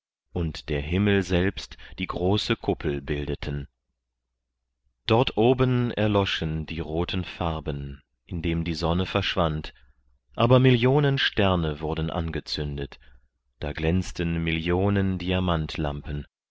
und der himmel selbst die große kuppel bildeten dort oben erloschen die roten farben indem die sonne verschwand aber millionen sterne wurden angezündet da glänzten millionen